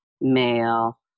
male